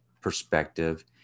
perspective